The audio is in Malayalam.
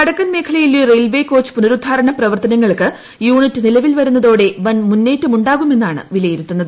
വടക്കൻ മേഖലയിലെ റെയിൽവേ കോച്ച് പുനരുദ്ധാരണപ്രവർത്തനങ്ങൾക്ക് യൂണിറ്റ് നിലവിൽ വരുന്നതോടെ വൻമുന്നേറ്റമുണ്ടാകുമെന്നാണ് വിലയിരുത്തുന്നത്